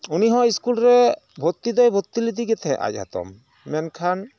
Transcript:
ᱩᱱᱤᱦᱚᱸ ᱥᱠᱩᱞ ᱨᱮ ᱵᱷᱚᱨᱛᱤ ᱫᱚᱭ ᱵᱷᱚᱨᱛᱤ ᱞᱮᱫᱮᱜᱮ ᱛᱟᱦᱮᱸᱡ ᱟᱡ ᱦᱟᱛᱚᱢ ᱢᱮᱱᱠᱷᱟᱱ